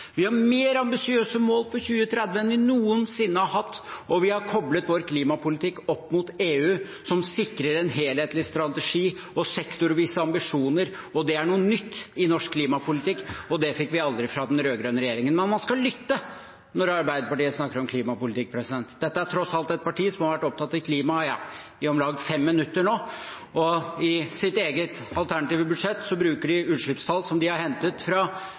Vi har mer ambisiøse mål for 2030 enn vi noensinne har hatt. Vi har koblet vår klimapolitikk opp mot EU, noe som sikrer en helhetlig strategi og sektorvise ambisjoner. Det er noe nytt i norsk klimapolitikk, og det fikk vi aldri fra den rød-grønne regjeringen. Man skal lytte når Arbeiderpartiet snakker om klimapolitikk. Dette er tross alt et parti som har vært opptatt av klima i om lag fem minutter nå, og som i sitt eget alternative budsjett bruker utslippstall de har hentet fra